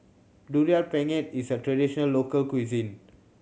Durian Pengat is a traditional local cuisine